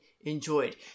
enjoyed